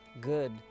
good